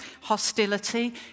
hostility